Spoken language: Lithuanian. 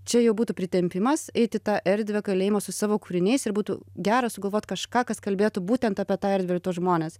čia jau būtų pritempimas eit į tą erdvę kalėjimo su savo kūriniais ir būtų gera sugalvot kažką kas kalbėtų būtent apie tą erdvę ir tuos žmones